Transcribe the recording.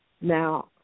Now